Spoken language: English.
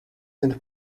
and